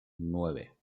nueve